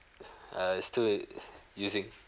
I still uh using